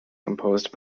composed